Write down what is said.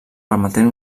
permetent